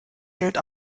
geld